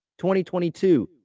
2022